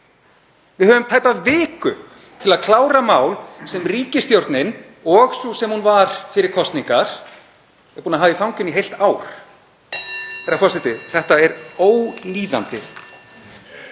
Við höfum tæpa viku til að klára mál sem ríkisstjórnin, og sú sem hún var fyrir kosningar, er búin að hafa í fanginu í heilt ár. Herra forseti.